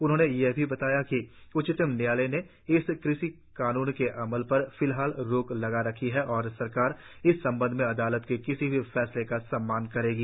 उन्होंने यह भी कहा कि उच्चतम न्यायालय ने इन कृषि कानूनों के अमल पर फिलहाल रोक लगा रखी है और सरकार इस संबंध में अदालत के किसी भी फैसले का सम्मान करेगी